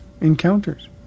encounters